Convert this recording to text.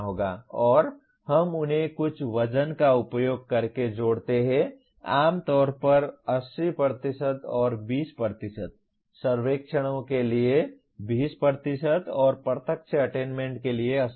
और हम उन्हें कुछ वज़न का उपयोग करके जोड़ते हैं आमतौर पर 80 और 20 सर्वेक्षणों के लिए 20 और प्रत्यक्ष अटेन्मेन्ट के लिए 80